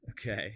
Okay